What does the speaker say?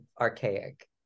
archaic